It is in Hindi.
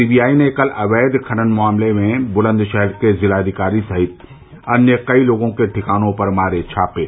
सीबीआई ने कल अवैध खनन मामले में बुलंदशहर के जिलाधिकारी सहित अन्य कई लोगों के ठिकानों पर मारे छापे